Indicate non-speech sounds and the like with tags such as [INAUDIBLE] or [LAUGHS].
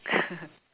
[LAUGHS]